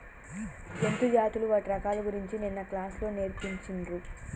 జంతు జాతులు వాటి రకాల గురించి నిన్న క్లాస్ లో నేర్పిచిన్రు